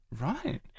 Right